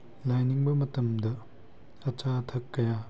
ꯂꯥꯏꯅꯤꯡꯕ ꯃꯇꯝꯗ ꯑꯆꯥ ꯑꯊꯛ ꯀꯌꯥ